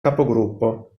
capogruppo